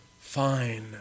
fine